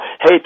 hey